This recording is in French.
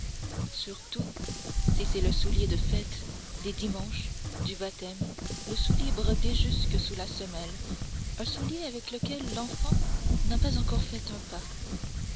surtout si c'est le soulier de fête des dimanches du baptême le soulier brodé jusque sous la semelle un soulier avec lequel l'enfant n'a pas encore fait un pas